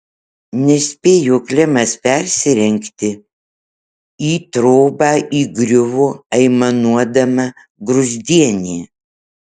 nespėjo klemas persirengti į trobą įgriuvo aimanuodama gruzdienė